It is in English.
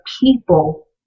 people